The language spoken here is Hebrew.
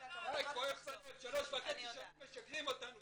כואב הלב, שלוש וחצי שנים משקרים לנו תמר.